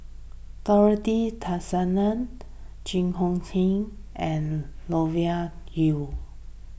Dorothy Tessensohn Jing Hong Jun and Yu